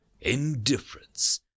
indifference